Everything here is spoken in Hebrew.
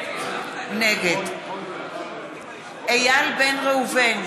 נגד איל בן ראובן,